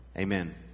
Amen